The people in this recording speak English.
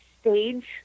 stage